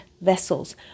vessels